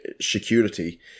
security